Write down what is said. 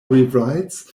rewrites